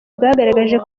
bwagaragaje